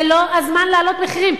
זה לא הזמן להעלות מחירים.